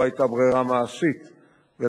כדי אלפי דולרים,